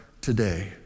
today